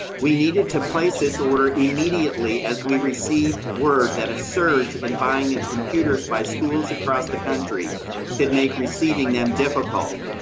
we needed to place this order immediately, as we received word that a surge in buying of computers by schools across the country could make receiving them difficult.